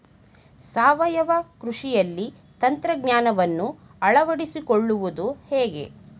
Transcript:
ಸಾವಯವ ಕೃಷಿಯಲ್ಲಿ ತಂತ್ರಜ್ಞಾನವನ್ನು ಅಳವಡಿಸಿಕೊಳ್ಳುವುದು ಹೇಗೆ?